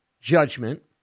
judgment